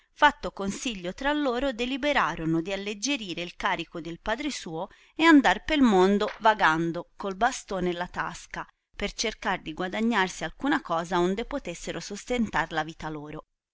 fatto consiglio tra loro deliberorono di alleggierire il carico del padre suo e andar pel mondo vagando col bastone e la tasca per cercar di guadagnarsi alcuna cosa onde potessero sostentar la vita loro